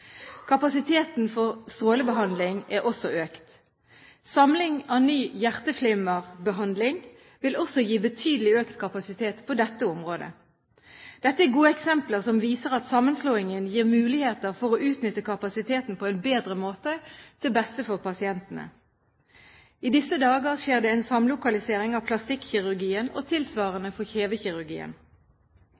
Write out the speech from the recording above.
Kapasiteten for strålebehandling er også økt. Samling av ny hjerteflimmerbehandling vil også gi betydelig økt kapasitet på dette området. Dette er gode eksempler som viser at sammenslåingen gir muligheter for å utnytte kapasiteten på en bedre måte, til beste for pasientene. I disse dager skjer det en samlokalisering av plastikkirurgien og tilsvarende for kjevekirurgien.